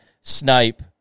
snipe